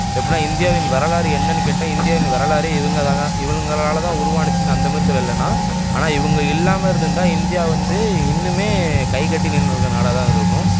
எப்புடின்னா இந்தியாவின் வரலாறு என்னன்னு கேட்டால் இந்தியாவின் வரலாறே இவங்க தான் இவுளுங்களால் தான் உருவாச்சுனு அந்தமாதிரி சொல்லலை நான் ஆனால் இவங்க இல்லாமல் இருந்திருந்தா இந்தியா வந்து இன்னுமே கைக்கட்டி நின்றுருக்கற நாடாக தான் இருந்திருக்கும்